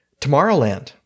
Tomorrowland